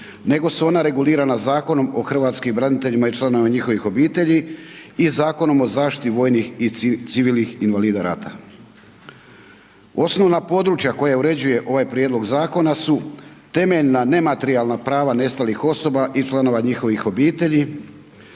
nego se ona regulira na Zakonom o hrvatskim braniteljima i članovima njihovih obitelji i Zakonom o zaštiti vojnih i civilnih invalida rata. Osnovna područja koja uređuje ovaj prijedlog zakona su temeljna nematerijalna prava nestalih osoba i članova njihovih obitelji,